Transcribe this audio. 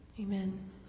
Amen